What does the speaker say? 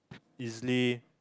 easily